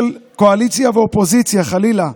קואליציה ואופוזיציה, חלילה,